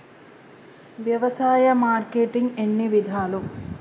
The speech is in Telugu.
వ్యవసాయ మార్కెటింగ్ ఎన్ని విధాలు?